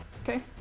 Okay